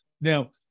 Now